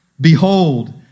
behold